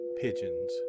pigeons